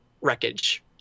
wreckage